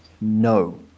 No